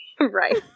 Right